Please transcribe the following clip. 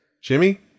Jimmy